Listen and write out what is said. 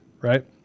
right